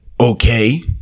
Okay